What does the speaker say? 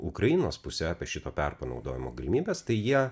ukrainos puse apie šito perpanaudojimo galimybes tai jie